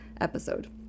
episode